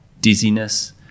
dizziness